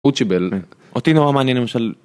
הוא צ'יבל, אותי נורא מעניין למשל...